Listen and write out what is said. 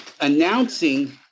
announcing